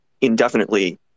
indefinitely